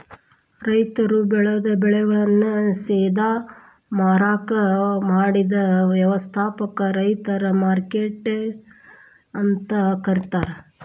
ರೈತರು ಬೆಳೆದ ಬೆಳೆಗಳನ್ನ ಸೇದಾ ಮಾರಾಕ್ ಮಾಡಿದ ವ್ಯವಸ್ಥಾಕ ರೈತರ ಮಾರ್ಕೆಟ್ ಅಂತ ಕರೇತಾರ